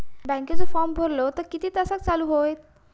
बँकेचो फार्म भरलो तर किती तासाक चालू होईत?